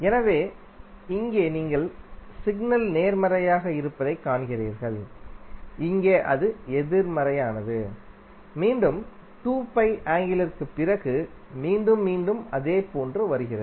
எனவே இங்கே நீங்கள் சிக்னல் நேர்மறையாக இருப்பதைக் காண்கிறீர்கள் இங்கே அது எதிர்மறையானது மீண்டும் ஆங்கிளிற்குப் பிறகு மீண்டும் மீண்டும் அதே போன்று வருகிறது